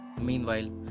Meanwhile